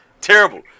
terrible